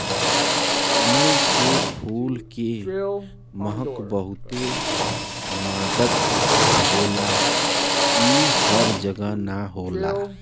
कमल के फूल के महक बहुते मादक होला इ हर जगह ना होला